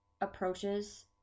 approaches